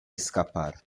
escapar